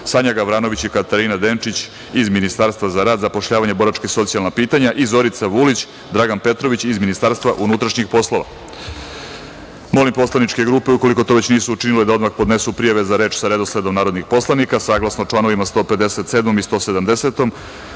Sanja Gavranović i Katarina Denčić iz Ministarstva za rad, zapošljavanje, boračka i socijalna pitanja i Zorica Vulić, Dragan Petrović iz MUP.Molim poslaničke grupe ukoliko to već nisu učinile, da odmah podnesu prijave za reč sa redosledom narodnih poslanika. Saglasno članovima 157. i 170,